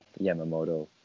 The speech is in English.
Yamamoto